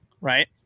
right